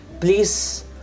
please